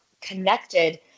connected